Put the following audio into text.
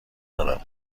دارم